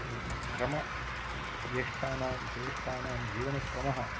क्रम ज्येष्ठानां श्रेष्ठानां जीवनक्रमः